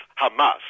Hamas